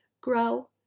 grow